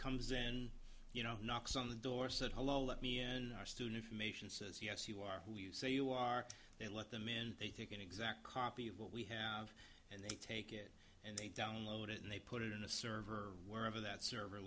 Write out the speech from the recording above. comes in you know knocks on the door said hello let me end our student from nation says yes you are who you say you are they let them in they take an exact copy of what we have and they take it and they download it and they put it in a server wherever that server